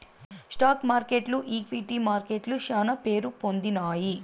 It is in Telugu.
స్టాక్ మార్కెట్లు ఈక్విటీ మార్కెట్లు శానా పేరుపొందినాయి